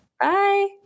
bye